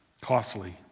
Costly